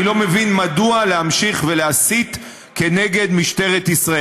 אני לא מבין מדוע להמשיך להסית נגד משטרת ישראל.